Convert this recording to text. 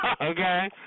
Okay